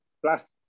Plus